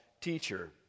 teacher